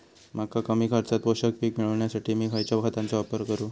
मका कमी खर्चात पोषक पीक मिळण्यासाठी मी खैयच्या खतांचो वापर करू?